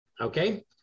Okay